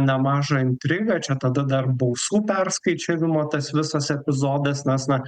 nemažą intrigą čia tada dar balsų perskaičiavimo tas visas epizodas nes na